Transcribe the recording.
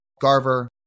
Garver